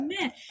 man